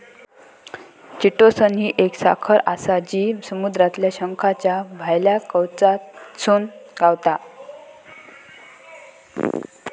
chitosan ही एक साखर आसा जी समुद्रातल्या शंखाच्या भायल्या कवचातसून गावता